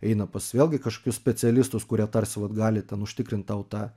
eina pas vėlgi kažkokius specialistus kurie tarsi vat galite užtikrinti tau tą